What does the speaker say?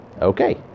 Okay